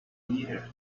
year